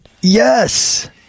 Yes